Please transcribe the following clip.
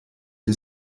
die